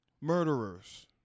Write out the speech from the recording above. murderers